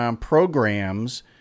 programs